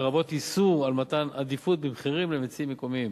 לרבות איסור על מתן עדיפות במחירים למציעים מקומיים,